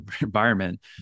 environment